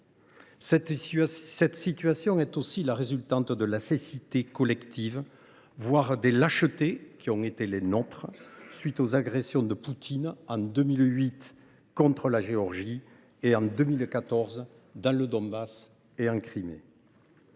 cette situation est aussi la résultante de la cécité collective, voire des lâchetés qui ont été les nôtres, après les agressions menées par Poutine contre la Géorgie en 2008 et dans le Donbass et la Crimée